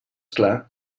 clar